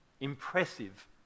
impressive